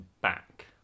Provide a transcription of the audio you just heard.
back